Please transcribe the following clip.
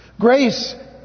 Grace